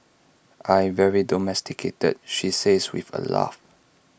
I very domesticated she says with A laugh